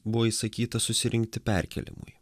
buvo įsakyta susirinkti perkėlimui